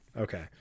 Okay